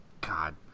God